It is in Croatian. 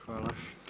Hvala.